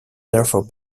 therefore